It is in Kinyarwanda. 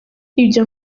ibyo